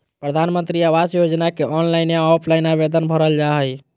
प्रधानमंत्री आवास योजना के ऑनलाइन या ऑफलाइन आवेदन भरल जा हइ